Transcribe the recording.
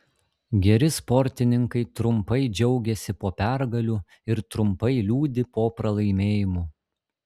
geri sportininkai trumpai džiaugiasi po pergalių ir trumpai liūdi po pralaimėjimų